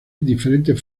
diferentes